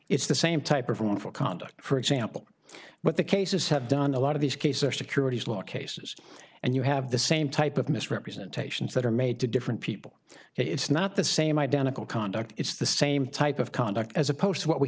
it's the same type of wrongful conduct for example what the cases have done a lot of these cases are securities law cases and you have the same type of misrepresentations that are made to different people it's not the same identical conduct it's the same type of conduct as opposed to what we